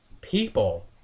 people